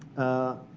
a